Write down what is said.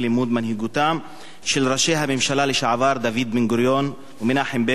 מנהיגותם של ראשי הממשלה לשעבר דוד בן-גוריון ומנחם בגין,